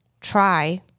try